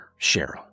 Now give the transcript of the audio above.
Cheryl